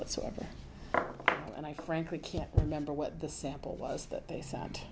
whatsoever and i frankly can't remember what the sample was that they se